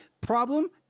problem